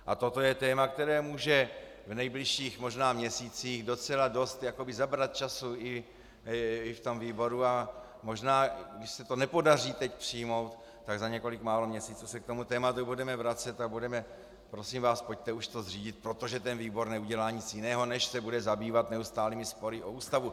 A toto je téma, které může v nejbližších možná měsících docela dost zabrat času ve výboru, a možná když se to nepodaří teď přijmout, tak za několik málo měsíců se k tomu tématu budeme vracet a budeme : prosím vás, pojďte už to zřídit, protože výbor neudělá nic jiného, než se bude zabývat neustálými spory o Ústavu.